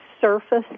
surface